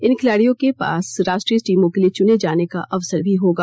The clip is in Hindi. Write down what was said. इन खिलाड़ियों के पास राष्ट्रीय टीमों के लिए चुने जाने का अवसर भी होगा